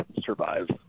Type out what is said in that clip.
survive